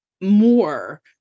more